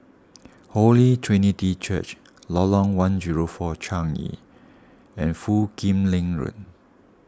Holy Trinity Church Lorong one zero four Changi and Foo Kim Lin Road